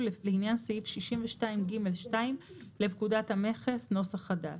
לעניין סעיף 62(ג)(2) לפקודת המכס (נוסח חדש).